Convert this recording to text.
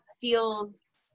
feels